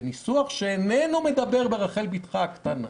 בניסוח שאיננו מדבר ברחל בתך הקטנה,